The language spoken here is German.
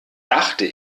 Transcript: dachte